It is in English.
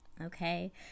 Okay